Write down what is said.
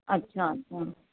अच्छा हम्म